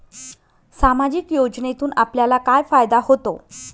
सामाजिक योजनेतून आपल्याला काय फायदा होतो?